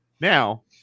Now